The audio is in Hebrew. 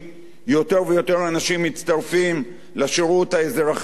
ויותר אנשים מצטרפים לשירות האזרחי-לאומי,